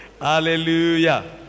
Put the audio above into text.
Hallelujah